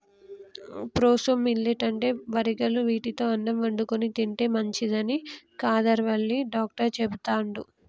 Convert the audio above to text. proso millet అంటే వరిగలు వీటితో అన్నం వండుకొని తింటే మంచిదని కాదర్ వల్లి డాక్టర్ చెపుతండు